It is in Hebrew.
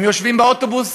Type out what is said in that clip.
הם יושבים באוטובוס,